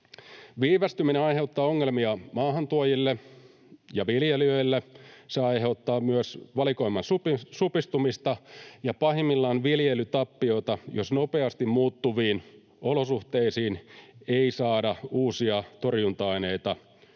Viivästyminen aiheuttaa ongelmia maahantuojille, ja viljelijöille se aiheuttaa myös valikoiman supistumista ja pahimmillaan viljelytappiota, jos nopeasti muuttuviin olosuhteisiin ei saada uusia torjunta-aineita hyväksyttyä.